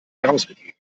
herausgegeben